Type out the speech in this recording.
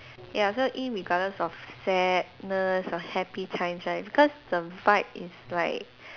ya so irregardless of sadness or happy times right because the vibe is like